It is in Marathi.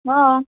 हां